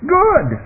good